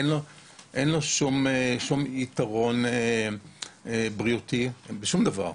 לאלכוהול אין שום יתרון בריאותי בשום דבר,